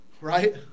Right